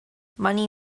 money